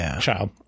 Child